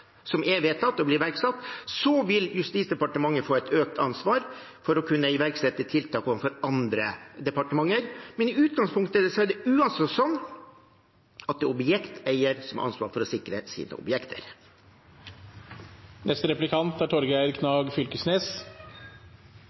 som er vedtatt og blir iverksatt, vil Justisdepartementet få et økt ansvar for å kunne iverksette tiltak overfor andre departementer. Men i utgangspunktet er det slik at det er objekteier som har ansvar for å sikre sine objekter.